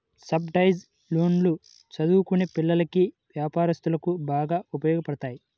subsidised లోన్లు చదువుకునే పిల్లలకి, వ్యాపారస్తులకు బాగా ఉపయోగపడతాయి